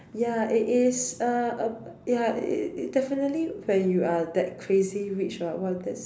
ya it is a uh ya its definitely when you are that crazy rich !wah! there's